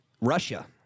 Russia